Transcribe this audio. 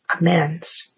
amends